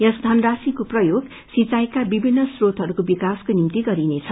यस धरराशिको प्रययोग सिंचाईका विभिन्न स्त्रोतहरूको विकासको निम्ति गरिनेछ